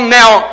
now